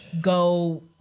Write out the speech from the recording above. go